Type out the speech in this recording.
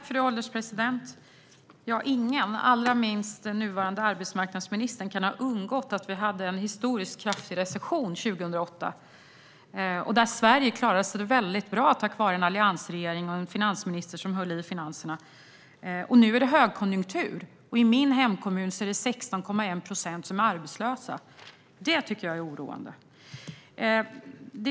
Fru ålderspresident! Ingen, allra minst den nuvarande arbetsmarknadsministern, kan ha undgått att vi hade en historiskt kraftig recession 2008 där Sverige klarade sig mycket bra tack vare en alliansregering och en finansminister som höll i finanserna. Nu är det högkonjunktur, och i min hemkommun är 16,1 procent arbetslösa. Det tycker jag är oroande.